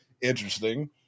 interesting